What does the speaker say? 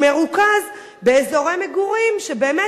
הוא מרוכז באזורי מגורים שבאמת,